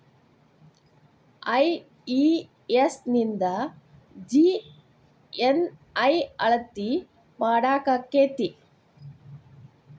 IES ನಿಂದ GNI ಅಳತಿ ಮಾಡಾಕಕ್ಕೆತಿ?